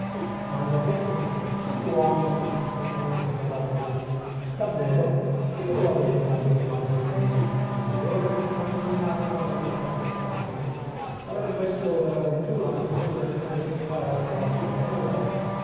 m'hanno detto che tutti gli uomini siano usi a parlare così davvero e chi ve lo ha detto padrino adelindo chiese il priore rizzando il capo e guardando in faccia il serafino sarebbe questo per avventura un frutto dell'esperienza di vostra sorella